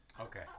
okay